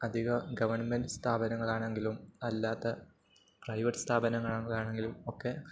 അധിക ഗവൺമെന്റ് സ്ഥാപനങ്ങളാണെങ്കിലും അല്ലാത്ത പ്രൈവറ്റ് സ്ഥാപനങ്ങളാണെങ്കിലും ഒക്കെ